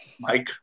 mike